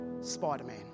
Spider-Man